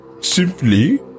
simply